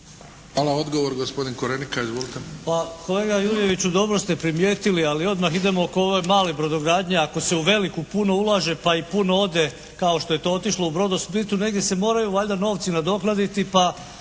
Hvala. Odgovor gospodin Korenika. Izvolite.